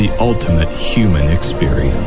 the ultimate human experience